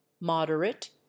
moderate